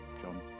john